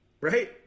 right